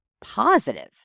positive